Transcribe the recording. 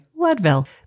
Leadville